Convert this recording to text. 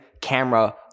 camera